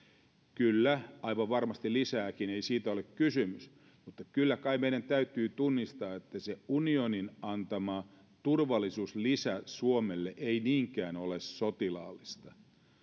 kyllä aivan varmasti lisääkin ei siitä ole kysymys mutta kyllä kai meidän täytyy tunnistaa että se unionin antama turvallisuuslisä suomelle ei niinkään ole sotilaallista